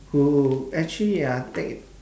who actually ah take